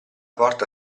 porta